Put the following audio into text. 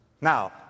Now